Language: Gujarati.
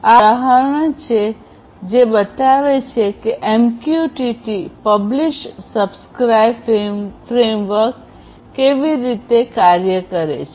આ એક ઉદાહરણ છે જે બતાવે છે કે એમક્યુટીટી પબ્લીશ સબ્સ્ક્રાઇબ ફ્રેમવર્ક કેવી રીતે કાર્ય કરે છે